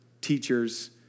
teachers